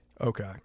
okay